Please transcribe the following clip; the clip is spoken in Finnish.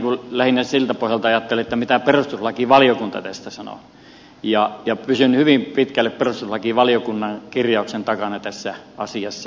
minä lähinnä siltä pohjalta ajattelen mitä perustuslakivaliokunta tästä sanoo ja pysyn hyvin pitkälle perustuslakivaliokunnan kirjauksen takana tässä asiassa